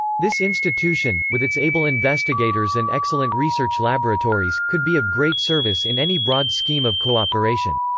this institution, with its able investigators and excellent research laboratories, could be of great service in any broad scheme of cooperation.